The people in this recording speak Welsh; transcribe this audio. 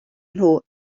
nhw